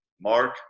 Mark